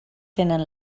tenen